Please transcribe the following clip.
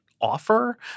offer